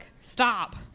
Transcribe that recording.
Stop